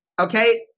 okay